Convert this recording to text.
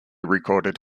recorded